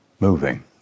Moving